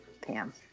Pam